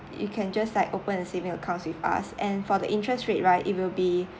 so you can just like open a saving accounts with us and for the interest rate right it will be